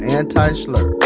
anti-slur